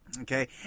Okay